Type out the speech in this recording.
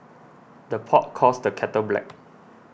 the pot calls the kettle black